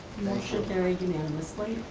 motion carried unanimously.